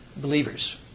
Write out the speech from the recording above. believers